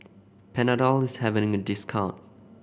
panadol is having a discount